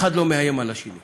האחד לא מאיים על השני.